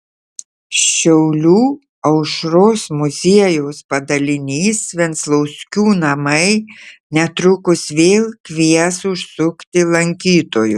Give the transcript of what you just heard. šiaulių aušros muziejaus padalinys venclauskių namai netrukus vėl kvies užsukti lankytojus